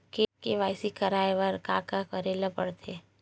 KYC करवाय बर का का करे ल पड़थे?